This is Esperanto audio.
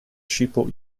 ŝipo